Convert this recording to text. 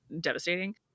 devastating